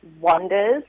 wonders